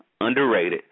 underrated